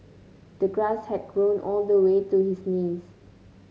the grass had grown all the way to his knees